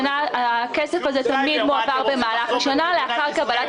הכסף הזה תמיד מועבר במהלך השנה לאחר קבלת